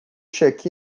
check